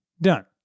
done